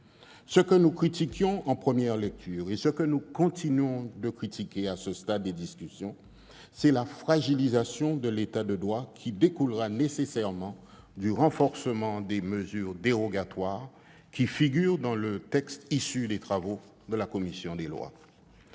Ce que nous critiquions en première lecture, et ce que nous continuons de critiquer à ce stade des discussions, c'est la fragilisation de l'État de droit qui découlera nécessairement du renforcement des mesures dérogatoires figurant dans le texte issu des travaux de la commission des lois.